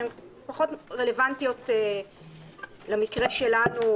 שפחות רלוונטיות למקרה שלנו,